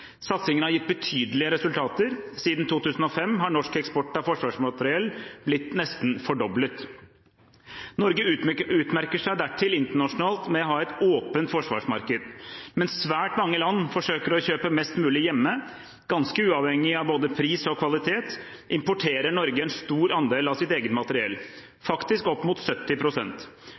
Satsingen har gitt betydelige resultater. Siden 2005 har norsk eksport av forsvarsmateriell blitt nesten fordoblet. Norge utmerker seg dertil internasjonalt ved å ha et åpent forsvarsmarked. Mens svært mange land forsøker å kjøpe mest mulig hjemme, ganske uavhengig av både pris og kvalitet, importerer Norge en stor andel av sitt eget materiell, faktisk opp mot